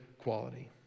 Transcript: quality